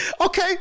Okay